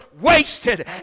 wasted